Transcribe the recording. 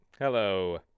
Hello